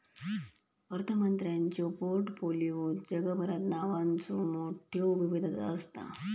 अर्थमंत्र्यांच्यो पोर्टफोलिओत जगभरात नावांचो मोठयो विविधता असता